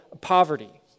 poverty